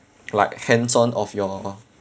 like hands-on of your